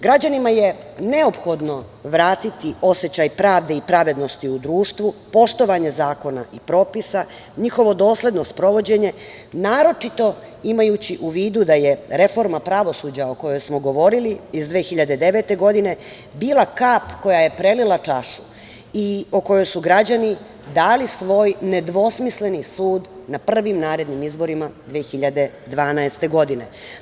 Građanima je neophodno vratiti osećaj pravde i pravednosti u društvu poštovanja zakona i propisa, njihovo dosledno sprovođenje naročito imajući u vidu da je reforma pravosuđa o kojoj smo govorili iz 2009. godine, bila kap koja je prelila čašu i o kojoj su građani dali svoj nedvosmisleni sud na prvim narednim izborima 2012. godine.